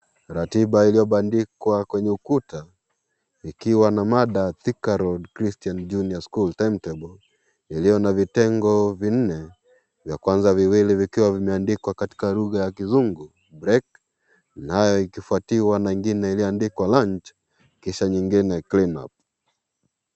Ratiba iliyobandikwa kwenye ukuta, ikiwa na mada Thika Road Christian Junior School Timetable, iliyo na vitengo vinne, vya kwanza viwili vikiwa vimeandikwa katika lugha ya kizungu, break , nayo ikifuatiwa na ingine iliyoandikwa lunch , kisha nyingine clean up .